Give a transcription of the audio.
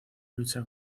lucha